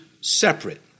separate